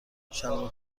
شلوار